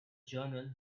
journal